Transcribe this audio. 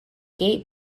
gate